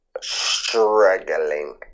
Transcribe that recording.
Struggling